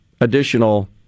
additional